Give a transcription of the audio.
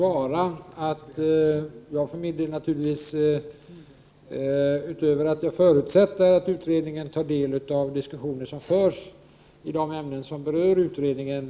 Fru talman! Helt kort. Jag förutsätter att utredningen tar del av de diskussioner som förs i de ämnen som berör utredningen.